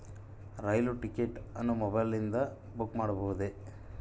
ರೈಲು ticket ಅನ್ನು ಮೊಬೈಲಿಂದ book ಮಾಡಬಹುದೆ?